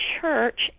church